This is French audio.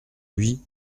lui